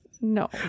No